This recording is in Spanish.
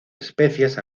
especies